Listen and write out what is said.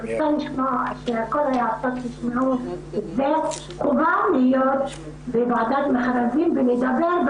וצריך שכל היועצות ישמעו: חובה להיות בוועדת מכרזים ולדבר,